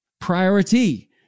priority